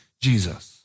Jesus